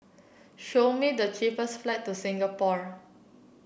show me the cheapest flight to Singapore